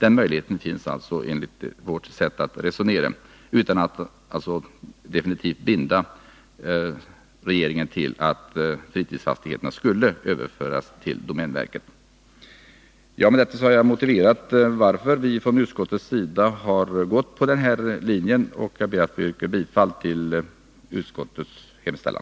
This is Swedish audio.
Enligt vårt sätt att resonera bör regeringen därför inte vara definitivt bunden till att föra över fritidsfastigheterna till domänverket. Med detta har jag motiverat utskottets ställningstagande, och jag ber att få yrka bifall till utskottets hemställan.